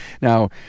Now